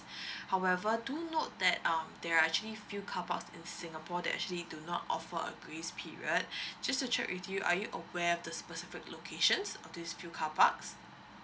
however do note that um there are actually few carparks in singapore that actually do not offer a grace period just to check with you are you aware of the specific locations of these few carparks